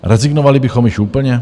Rezignovali bychom již úplně?